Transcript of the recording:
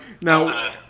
now